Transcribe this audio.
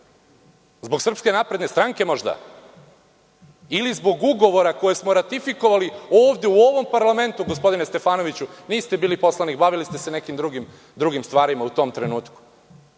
Zbog SNS možda? Ili zbog ugovora koje smo ratifikovali ovde u ovom parlamentu gospodine Stefanoviću, niste bili poslanik, bavili ste se nekim drugim stvarima u tom trenutku.